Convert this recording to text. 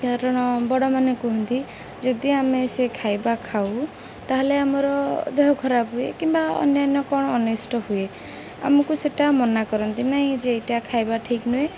କାରଣ ବଡ଼ାନ କୁହନ୍ତି ଯଦି ଆମେ ସେ ଖାଇବା ଖାଉ ତାହେଲେ ଆମର ଦେହ ଖରାପ ହୁଏ କିମ୍ବା ଅନ୍ୟାନ୍ୟ କ'ଣ ଅନିଷ୍ଟ ହୁଏ ଆମକୁ ସେଟା ମନା କରନ୍ତି ନାହିଁ ଯେ ଏଇଟା ଖାଇବା ଠିକ୍ ନୁହେଁ